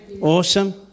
Awesome